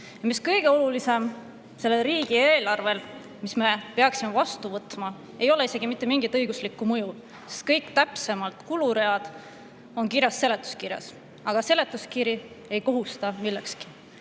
mis kõige olulisem: sellel riigieelarvel, mille me peaksime vastu võtma, ei ole isegi mitte mingit õiguslikku mõju, sest kõik täpsemad kuluread on kirjas seletuskirjas, aga seletuskiri ei kohusta millekski.